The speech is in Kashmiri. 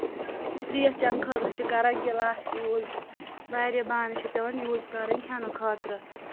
ترٛیش چَیٚنہٕ خٲطرٕ چھِ کَران گِلاس یوٗز واریاہ بانہٕ چھِ پیٚوان یوٗز کَرٕنۍ کھیٚنہٕ خٲطرٕ